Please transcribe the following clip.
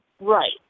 Right